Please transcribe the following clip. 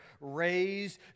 raised